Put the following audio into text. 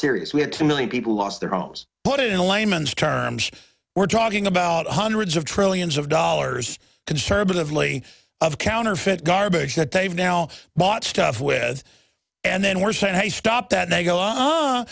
serious we had two million people lost their homes put it in layman's terms we're talking about hundreds of trillions of dollars conservatively of counterfeit garbage that they've now bought stuff with and then we're saying hey stop that they go o